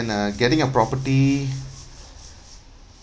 uh getting a property